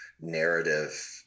narrative